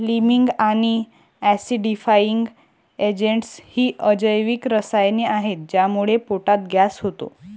liming आणि acidifying agents ही अजैविक रसायने आहेत ज्यामुळे पोटात गॅस होतो